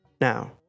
Now